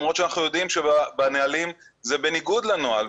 למרות שאנחנו יודעים שבנהלים זה בניגוד לנוהל,